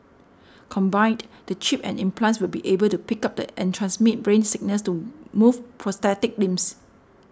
combined the chip and implants will be able to pick up and transmit brain signals to move prosthetic limbs